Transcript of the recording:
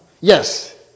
yes